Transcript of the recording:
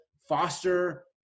foster